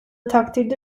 takdirde